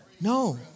No